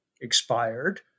expired